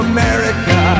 America